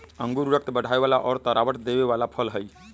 अंगूर रक्त बढ़ावे वाला और तरावट देवे वाला फल हई